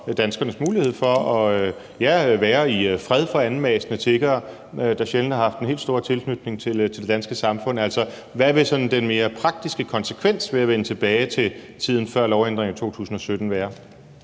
danskernes mulighed for at være i fred for anmassende tiggere, der sjældent har haft den helt store tilknytning til det danske samfund? Altså, hvad vil den sådan mere praktiske konsekvens være af at vende tilbage til tiden før lovændringen i 2017?